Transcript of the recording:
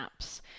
apps